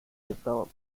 develop